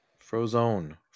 frozone